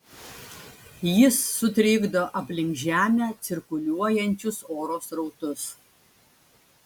jis sutrikdo aplink žemę cirkuliuojančius oro srautus